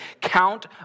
count